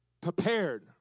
prepared